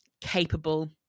capable